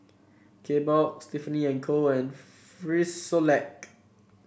Kbox Tiffany And Co and Frisolac